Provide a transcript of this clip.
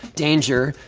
danger,